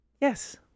Yes